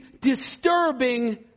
disturbing